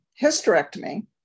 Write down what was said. hysterectomy